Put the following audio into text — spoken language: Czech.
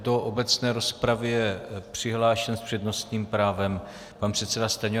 Do obecné rozpravy je přihlášen s přednostním právem pan předseda Stanjura.